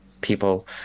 people